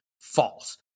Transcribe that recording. false